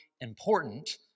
important